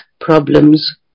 problems